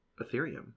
Ethereum